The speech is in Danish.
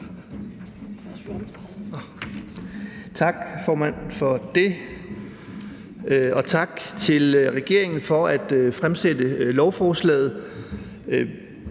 Tak for det, formand. Og tak til regeringen for at fremsætte lovforslaget.